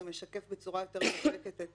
זה משקף בצורה יותר מובהקת את